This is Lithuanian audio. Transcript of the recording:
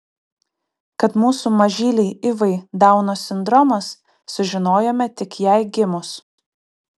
kad mūsų mažylei ivai dauno sindromas sužinojome tik jai gimus